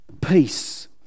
peace